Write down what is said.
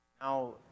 now